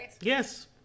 Yes